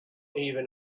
even